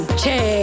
che